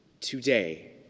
Today